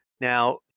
Now